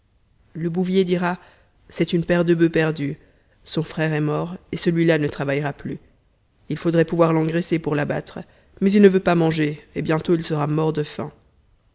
le bouvier dira c'est une paire de bufs perdue son frère est mort et celui-là ne travaillera plus il faudrait pouvoir l'engraisser pour l'abattre mais il ne veut pas manger et bientôt il sera mort de faim